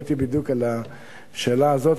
עניתי בדיוק על השאלה הזאת.